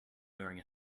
wearing